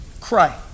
cry